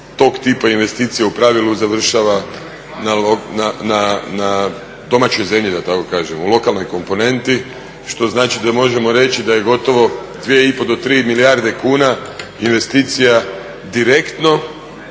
tog tipa investicije u pravilu završava na domaćoj zemlji da tako kažem, u lokalnoj komponenti. Što znači da možemo reći da je gotovo 2,5 do 3 milijarde kuna investicija direktno